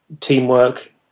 Teamwork